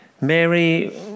Mary